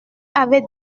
avait